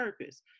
purpose